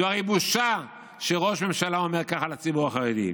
זו הרי בושה שראש ממשלה אומר ככה על הציבור החרדי.